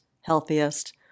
healthiest